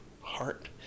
heart